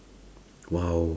!wow!